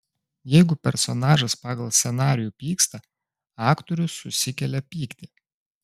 jeigu personažas pagal scenarijų pyksta aktorius susikelia pyktį